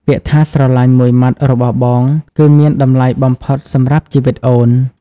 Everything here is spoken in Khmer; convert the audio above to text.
ពាក្យថា "ស្រឡាញ់" មួយម៉ាត់របស់បង គឺមានតម្លៃបំផុតសម្រាប់ជីវិតអូន។